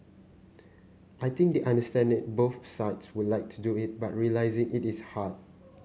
I think they understand it both sides would like to do it but realising it is hard